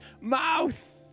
mouth